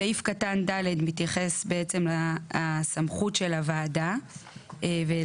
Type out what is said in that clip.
סעיף קטן ד מתייחס בעצם לסמכות של הוועדה ולכך